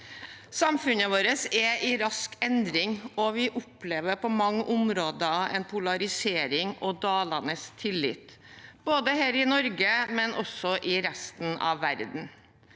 Samfunnet vårt er i rask endring, og vi opplever på mange områder en polarisering og dalende tillit, både her i Norge og i resten av verden.